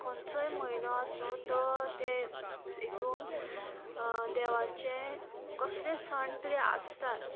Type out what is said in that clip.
खंयचोय म्हयनो आसूं तो ते हितून देवाचें कसले सण तरी आसताच